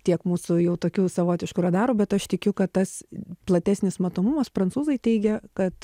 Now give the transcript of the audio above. tiek mūsų jau tokių savotiškų radarų bet aš tikiu kad tas platesnis matomumas prancūzai teigia kad